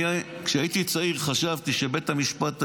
כשהייתי צעיר חשבתי שבבית המשפט העליון,